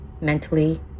mentally